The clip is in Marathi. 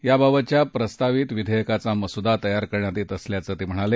याबाबतच्या प्रस्तावित विधेयकाचा मसुदा तयार करण्यात येत असल्याचं ते म्हणाले